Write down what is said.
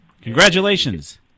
Congratulations